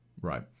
Right